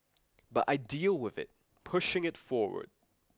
but I deal with it pushing it forward